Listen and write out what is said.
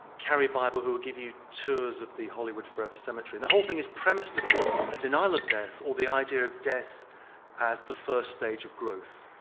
carrie bible, who will give you tours of the hollywood forever cemetery, and the whole thing is premised upon a denial of death or the idea of death as the first stage of growth.